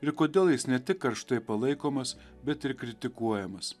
ir kodėl jis ne tik karštai palaikomas bet ir kritikuojamas